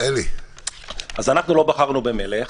אנחנו לא בחרנו במלך